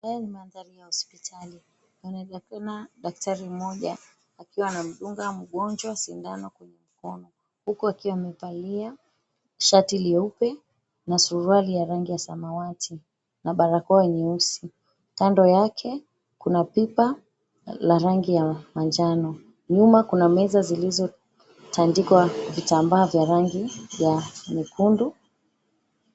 Haya ni mandhari ya hospitali. Panaonekana daktari mmoja akiwa anamdunga mgonjwa sindano kwenye mkono huku akiwa amevalia shati leupe na suruali ya rangi ya samawati na barakoa nyeusi. Kando yake kuna pipa la rangi ya manjano. Nyuma kuna meza zilizotandikwa vitambaa vya rangi ya nyekundu.